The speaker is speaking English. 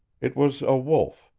it was a wolf,